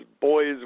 boys